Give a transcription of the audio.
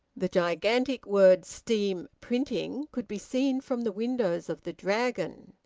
the gigantic word steam-printing could be seen from the windows of the dragon,